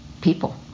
people